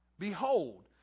Behold